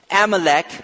Amalek